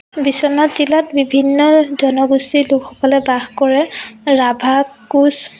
বিশ্বনাথ জিলাত বিভিন্ন জনগোষ্ঠীৰ লোকসকলে বাস কৰে ৰাভা কোচ